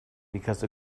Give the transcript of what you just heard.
because